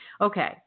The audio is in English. Okay